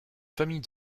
famille